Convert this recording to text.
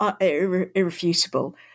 irrefutable